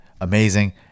amazing